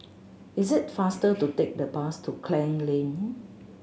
it's faster to take the bus to Klang Lane